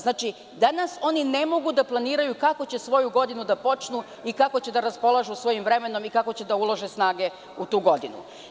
Znači, danas oni ne mogu da planiraju kako će svoju godinu da počnu i kako će da raspolažu svojim vremenom i kako će da ulože snage u tu godinu.